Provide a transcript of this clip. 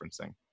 referencing